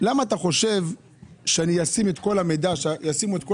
למה אתה חושב שאני אשים את כל המידע אצלך?